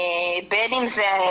בין אם זה,